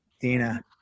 Dina